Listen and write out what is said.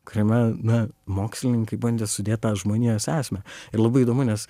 kuriame na mokslininkai bandė sudėt tą žmonijos esmę ir labai įdomu nes